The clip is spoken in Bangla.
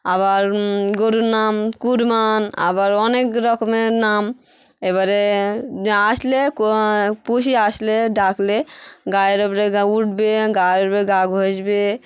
আবার গোরুর নাম কুরমান আবার অনেক রকমের নাম এবারে আসলে কো পুষি আসলে ডাকলে গায়ের ওপরে গা উঠবে গায়ের উপরে গা ঘষবে